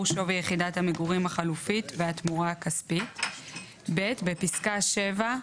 שווי יחידת המגורים החלופית והתמורה הכספית "; (ב)בפסקה (7)